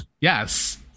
Yes